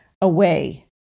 away